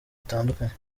zitandukanye